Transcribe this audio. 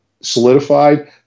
solidified